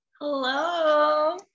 Hello